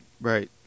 right